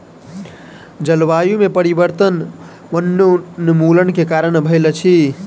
जलवायु में परिवर्तन वनोन्मूलन के कारण भेल अछि